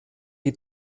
die